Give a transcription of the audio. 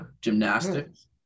Gymnastics